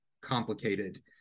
complicated